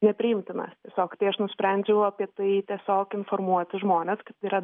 nepriimtinas tiesiog tai aš nusprendžiau apie tai tiesiog informuoti žmones kad yra